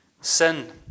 sin